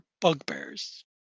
bugbears